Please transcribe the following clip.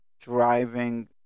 driving